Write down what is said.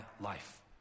life